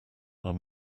are